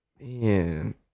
man